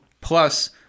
plus